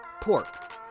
pork